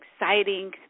exciting